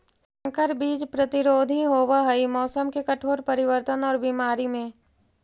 संकर बीज प्रतिरोधी होव हई मौसम के कठोर परिवर्तन और बीमारी में